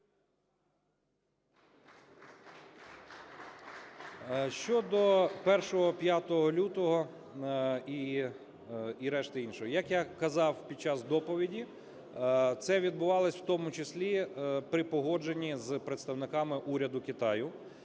Щодо 1-го і 5 лютого, і решти іншого. Як я казав під час доповіді, це відбувалось в тому числі при погодженні з представниками уряду Китаю